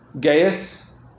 Gaius